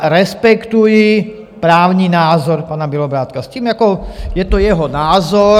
Respektuji právní názor pana Bělobrádka s tím, je to jeho názor.